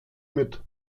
mit